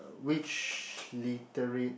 which literate